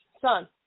Son